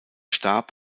stab